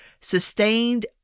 sustained